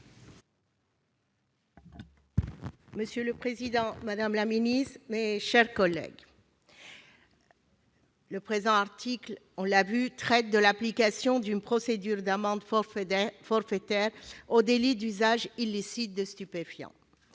Monsieur le président, madame la garde des sceaux, mes chers collègues, cet article traite de l'application d'une procédure d'amende forfaitaire au délit d'usage illicite de stupéfiants.